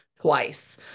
twice